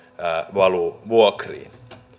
valuu vuokriin